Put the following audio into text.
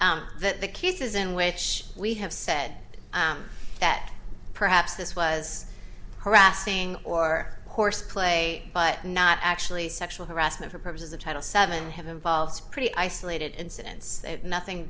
that the cases in which we have said that perhaps this was harassing or horseplay but not actually sexual harassment for purposes of title seven have involves pretty isolated incidents